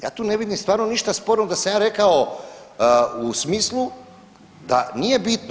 Ja tu ne vidim stvarno ništa sporno da sam ja rekao u smislu da nije bitno.